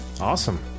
Awesome